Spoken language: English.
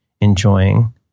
enjoying